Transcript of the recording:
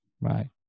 Right